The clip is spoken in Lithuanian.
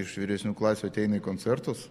iš vyresnių klasių ateina į koncertus